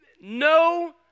no